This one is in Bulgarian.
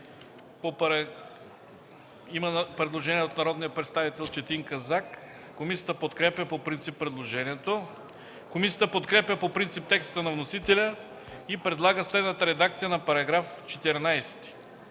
Има предложение от народния представител Четин Казак. Комисията подкрепя по принцип предложението. Комисията подкрепя по принцип текста на вносителя и предлага следната редакция на § 14: „§ 14.